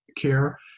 care